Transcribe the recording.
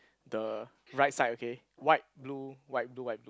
the right side okay white blue white blue white blue